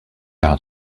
out